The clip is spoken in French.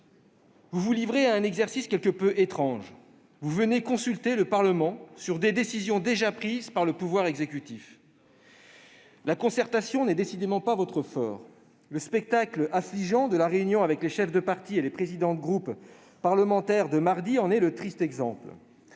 vous vous livrez à un exercice quelque peu étrange. Vous venez consulter le Parlement sur des décisions déjà prises par le pouvoir exécutif. La concertation n'est décidément pas votre fort ! Le spectacle affligeant de la réunion avec les chefs de partis et les présidents de groupes parlementaires, mardi dernier, en est le triste exemple.